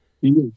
Yes